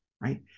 right